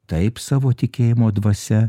taip savo tikėjimo dvasia